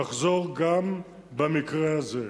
תחזור גם במקרה הזה.